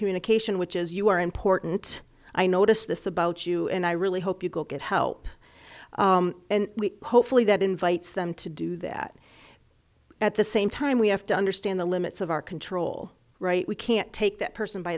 communication which is you are important i notice this about you and i really hope you go get help and we hopefully that invites them to do that at the same time we have to understand the limits of our control right we can't take that person by